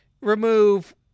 remove